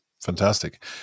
Fantastic